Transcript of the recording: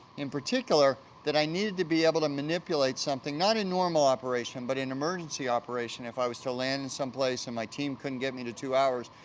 in particular, that i needed to be able to manipulate something. not in normal operation, but in emergency operation. if i was to land in some place and my team couldn't get me to two hours,